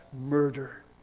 murder